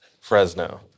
Fresno